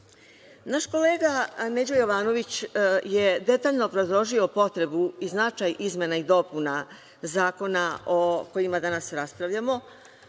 kolega Neđo Jovanović je detaljno obrazložio potrebu i značaj izmena i dopuna zakona o kojima danas raspravljamo,